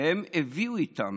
והם הביאו איתם